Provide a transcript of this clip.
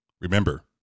Remember